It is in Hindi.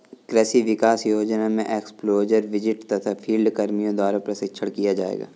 कृषि विकास योजना में एक्स्पोज़र विजिट तथा फील्ड कर्मियों द्वारा प्रशिक्षण किया जाएगा